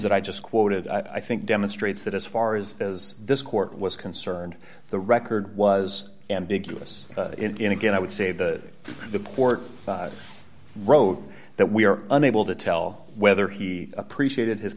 that i just quoted i think demonstrates that as far as as this court was concerned the record was ambiguous in again i would say the report wrote that we are unable to tell whether he appreciated his